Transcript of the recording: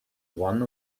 one